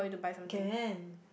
can